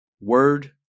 Word